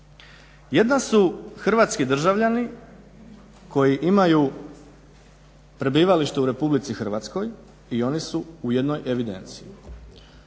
Jedan su Hrvatski državljani koji imaju prebivalište u Republici Hrvatskoj i oni su u jednoj evidenciji.